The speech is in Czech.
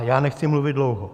Já nechci mluvit dlouho.